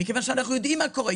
אנחנו יודעים מה קורה,